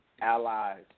allies